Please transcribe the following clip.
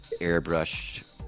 airbrushed